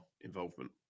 involvement